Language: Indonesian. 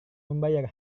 membayar